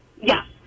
Yes